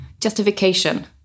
justification